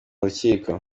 rukiko